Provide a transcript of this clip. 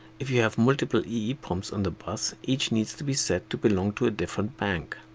if you have multiple eeproms on the bus, each needs to be set to belong to a different bank.